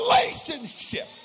relationship